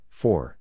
four